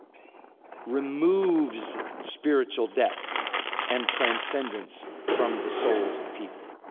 removes spiritual depth and transcendence from the souls of people.